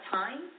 time